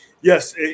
yes